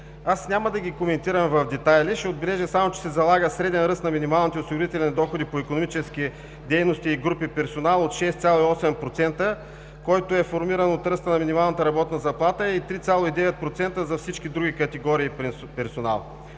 Аз няма да ги коментирам в детайли, а ще отбележа само, че се залага среден ръст на минималните осигурителни доходи по икономически дейности и групи персонал от 6,8%, който е формиран от ръста на минималната работна заплата, и 3,9% за всички други категории персонал.